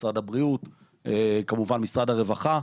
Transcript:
משרד הבריאות וכמובן משרד הרווחה,